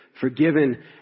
forgiven